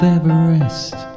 Everest